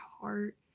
heart